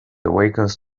awakens